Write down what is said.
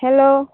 hello